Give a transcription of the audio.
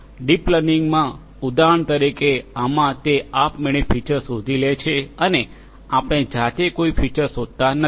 deep લર્નિંગમાં ઉદાહરણ તરીકે આમાં તે આપમેળે ફીચર શોધી લે છે અને આપણે જાતે કોઈ ફીચર શોધતા નથી